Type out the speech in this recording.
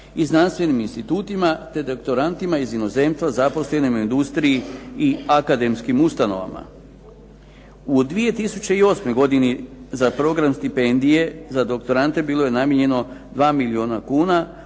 i znanstvenim institutima te doktorantima iz inozemstva zaposlenim u industriji i akademskim ustanovama. U 2008. godini za program stipendije za doktorante bilo je namijenjeno 2 milijuna kuna,